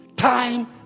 Time